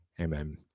Amen